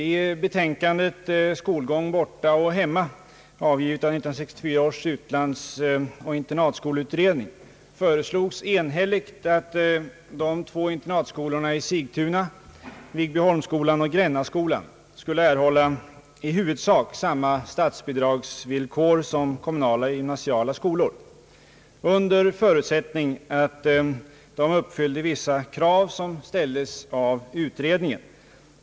I betänkandet Skolgång borta och hemma, avgivet av 1964 års utlandsoch internatskolutredning, föreslogs enhälligt att de två internatskolorna i Sigtuna, Viggbyholmsskolan och Grännaskolan skulle erhålla i huvudsak samma statsbidragsvillkor som kommunala gymnasiala skolor, under förutsättning att de uppfyllde vissa krav som ställdes av utredningen.